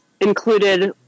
included